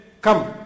come